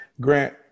Grant